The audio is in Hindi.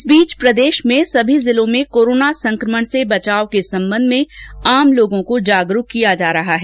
इस बीच प्रदेश में सभी जिलों में कोरोना संकमण से बचाव के संबंध में आम लोगों को जागरूक किया जा रहा है